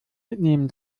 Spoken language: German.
mitnehmen